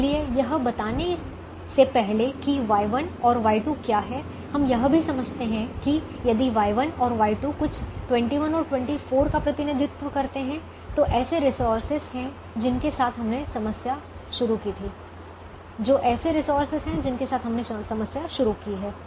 इसलिए यह बताने से पहले कि Y1 और Y2 क्या हैं हम यह भी समझते हैं कि यदि Y1 और Y2 कुछ 21 और 24 का प्रतिनिधित्व करते हैं जो ऐसे रिसोर्सेज हैं जिनके साथ हमने समस्या शुरू की है